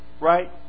Right